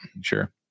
sure